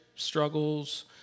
struggles